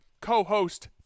co-host